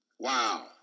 Wow